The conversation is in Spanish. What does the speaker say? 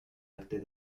arte